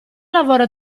lavoro